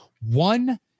one